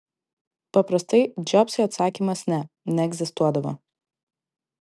paprastai džobsui atsakymas ne neegzistuodavo